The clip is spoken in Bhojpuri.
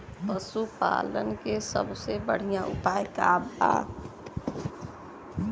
पशु पालन के सबसे बढ़ियां उपाय का बा?